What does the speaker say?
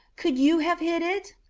could you have hit it?